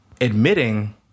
admitting